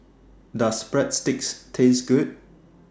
Does Breadsticks Taste Good